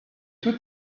tout